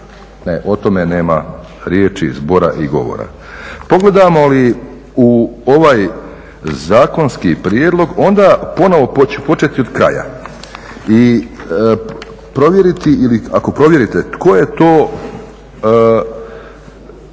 RH. O tome nema riječi, zbora i govora. Pogledamo li u ovaj zakonski prijedlog, onda ponovo početi od kraja i provjeriti ili ako provjerite tko je to